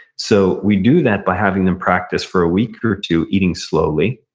so we do that by having them practice for a week or two eating slowly.